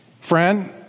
Friend